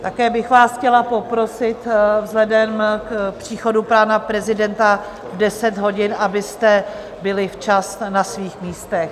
Také bych vás chtěla poprosit vzhledem k příchodu pana prezidenta v 10 hodin, abyste byli včas na svých místech.